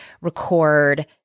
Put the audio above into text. record